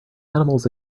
animals